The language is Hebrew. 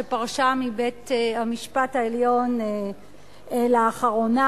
שפרשה מבית-המשפט העליון לאחרונה,